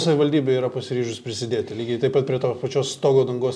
savivaldybė yra pasiryžus prisidėti lygiai taip pat prie tos pačios stogo dangos